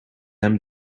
hem